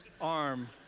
arm